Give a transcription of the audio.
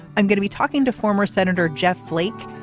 i'm going to be talking to former senator jeff flake.